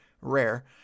rare